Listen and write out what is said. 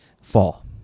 fall